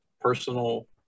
personal